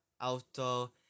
auto